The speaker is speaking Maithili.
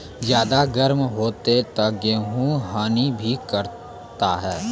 ज्यादा गर्म होते ता गेहूँ हनी भी करता है?